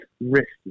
risky